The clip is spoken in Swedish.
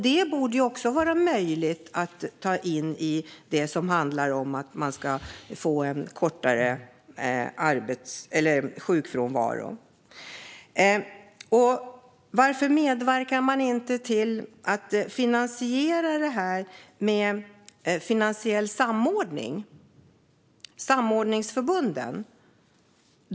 Det borde också vara möjligt att ta in i det som handlar om att man ska få en kortare sjukfrånvaro. Varför medverkar man inte till att finansiera det med finansiell samordning via samordningsförbunden?